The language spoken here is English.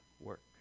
work